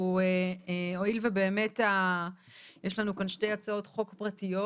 הואיל ויש לנו כאן שתי הצעות חוק פרטיות